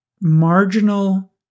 marginal